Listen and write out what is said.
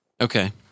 Okay